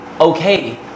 Okay